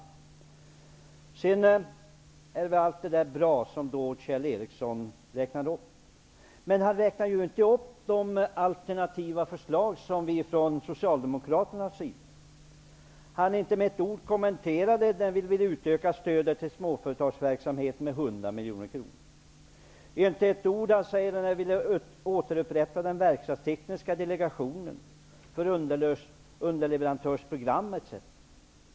Allt det som Kjell Ericsson räknade upp är bra. Han räknade emellertid inte upp de alternativa förslag som vi socialdemokrater har. Han kommenterade inte med ett ord att vi vill utöka stödet till småföretagsverksamheten med 100 miljoner kronor. Han sade inte ett ord om att vi vill återupprätta den verkstadstekniska delegationen för underleverantörsprogrammet.